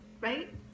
right